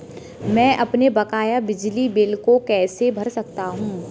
मैं अपने बकाया बिजली बिल को कैसे भर सकता हूँ?